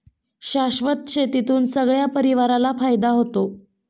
शाश्वत शेतीतून सगळ्या परिवाराला फायदा होतो